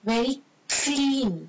very clean